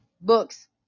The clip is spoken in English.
Books